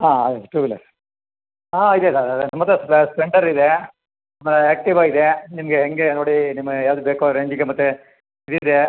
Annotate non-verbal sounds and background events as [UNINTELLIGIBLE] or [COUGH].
ಹಾಂ ಅದೆ two wheeler ಹಾಂ ಇದೆ [UNINTELLIGIBLE] ನಮ್ಮತ್ರ ಸ್ಪ್ಲೆಂಟರ್ ಇದೆ ಆಮೇಲೆ ಆ್ಯಕ್ಟಿವ ಇದೆ ನಿಮಗೆ ಹೇಗೆ ನೋಡಿ ನಿಮ್ಮ ಯಾವ್ದು ಬೇಕೋ ಆ ರೇಂಜಿಗೆ ಮತ್ತು ಇದಿದೆ